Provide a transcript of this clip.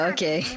Okay